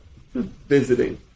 visiting